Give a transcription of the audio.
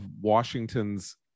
Washington's